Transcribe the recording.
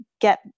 get